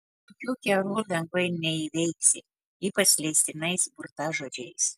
tokių kerų lengvai neįveiksi ypač leistinais burtažodžiais